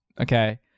okay